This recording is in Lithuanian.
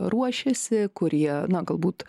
ruošėsi kurie na galbūt